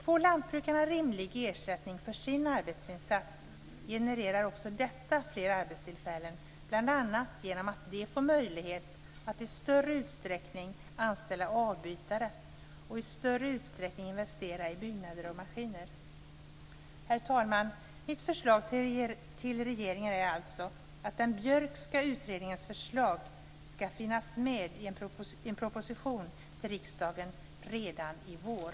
Får lantbrukarna rimlig ersättning för sin arbetsinsats genererar också detta fler arbetstillfällen bl.a. genom att de får möjlighet att i större utsträckning anställa avbytare och investera i byggnader och maskiner. Herr talman! Mitt förslag till regeringen är alltså att den Björkska utredningens förslag skall finnas med i en proposition till riksdagen redan i vår.